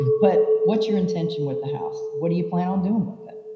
but what's your intention with the house? what do you plan on doing with it?